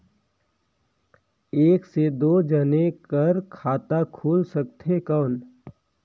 एक से दो जने कर खाता खुल सकथे कौन?